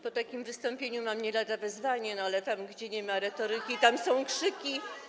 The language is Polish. Po takim wystąpieniu mam nie lada wyzwanie, ale tam, gdzie nie ma retoryki, tam są krzyki.